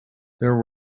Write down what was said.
there